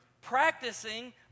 practicing